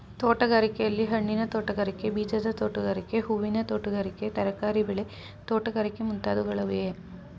ತೋಟಗಾರಿಕೆಯಲ್ಲಿ, ಹಣ್ಣಿನ ತೋಟಗಾರಿಕೆ, ಬೀಜದ ತೋಟಗಾರಿಕೆ, ಹೂವಿನ ತೋಟಗಾರಿಕೆ, ತರಕಾರಿ ಬೆಳೆ ತೋಟಗಾರಿಕೆ ಮುಂತಾದವುಗಳಿವೆ